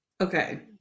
Okay